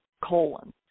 colon